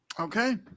Okay